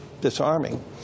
disarming